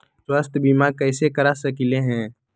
स्वाथ्य बीमा कैसे करा सकीले है?